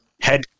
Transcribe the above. Head